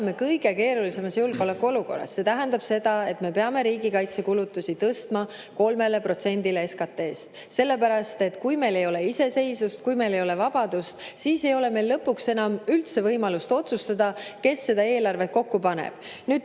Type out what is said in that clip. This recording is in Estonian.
on meil kõige keerulisem julgeolekuolukord. See tähendab seda, et me peame riigikaitsekulutusi tõstma 3%‑le SKT‑st, sellepärast et kui meil ei ole iseseisvust, kui meil ei ole vabadust, siis ei ole meil lõpuks enam üldse võimalust otsustada, kes seda eelarvet kokku paneb.